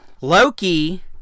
Loki